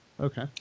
okay